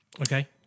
okay